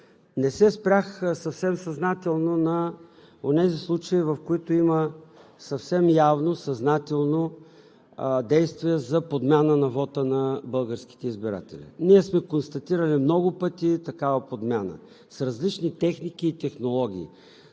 Не се спрях съвсем съзнателно на онези случаи, в които има съвсем явно – съзнателно действие за подмяна на вота на българските избиратели. Ние сме констатирали много пъти такава подмяна с различни техники и технологии,